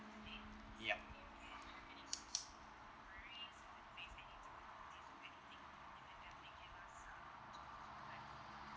yup